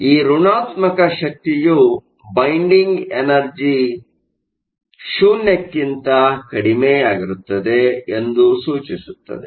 ಈ ಋಣಾತ್ಮಕ ಶಕ್ತಿಯು ಬೈಂಡಿಂಗ್ ಎನರ್ಜಿ 0 ಕ್ಕಿಂತ ಕಡಿಮೆಯಾಗಿರುತ್ತದೆ ಎಂದು ಸೂಚಿಸುತ್ತದೆ